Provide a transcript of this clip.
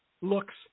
looks